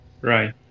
Right